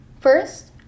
First